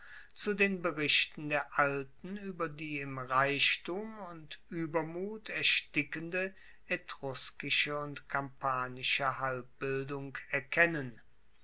zu den berichten der alten ueber die im reichtum und uebermut erstickende etruskische und kampanische halbbildung erkennen